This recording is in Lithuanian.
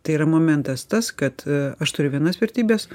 tai yra momentas tas kad a aš turiu vienas vertybes